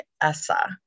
ESSA